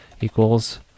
equals